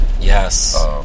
Yes